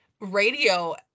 radio